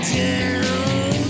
down